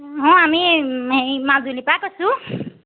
অঁ আমি হেৰি মাজুলীৰপৰা কৈছোঁ